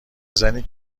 زنی